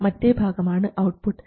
മറ്റേ ഭാഗമാണ് ഔട്ട്പുട്ട്